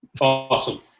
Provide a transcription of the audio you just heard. Awesome